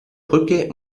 brücke